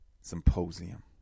Symposium